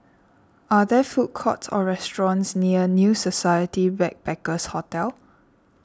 are there food courts or restaurants near New Society Backpackers' Hotel